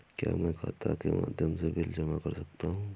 क्या मैं खाता के माध्यम से बिल जमा कर सकता हूँ?